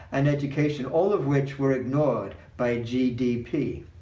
and education all of which were ignored by gdp.